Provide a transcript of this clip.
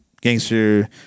gangster